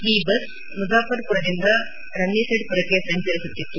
ಈ ಬಸ್ ಮುಝಾಫರ್ಪುರದಿಂದ ರನ್ನಿಸೆಡ್ಪುರಕ್ಕೆ ಸಂಚರಿಸುತ್ತಿತ್ತು